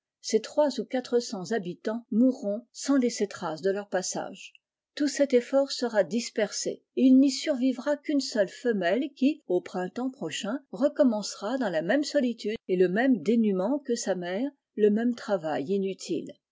ses trois ou quatre cents habitants mourront sans laisser trace de leur passage tout cet effort sera dispersé et il n'y survivra qu'une seule femelle qui au printemps prochain recommencera dans la même solitude et le même dénuement que sa mère le même travail inutile